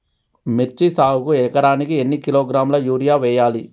మిర్చి సాగుకు ఎకరానికి ఎన్ని కిలోగ్రాముల యూరియా వేయాలి?